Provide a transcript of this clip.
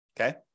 Okay